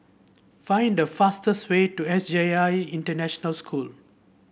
find the fastest way to S J I International School